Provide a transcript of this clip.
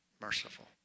merciful